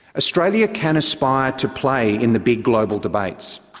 australia can aspire to play in the big global debates.